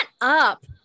up